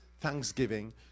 thanksgiving